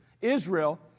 Israel